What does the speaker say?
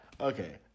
Okay